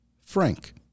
frank